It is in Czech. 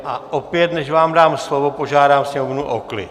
A opět, než vám dám slovo, požádám sněmovnu o klid!